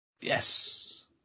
Yes